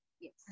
Yes